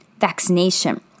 vaccination